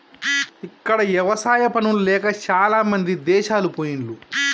ఇక్కడ ఎవసాయా పనులు లేక చాలామంది దేశాలు పొయిన్లు